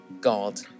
God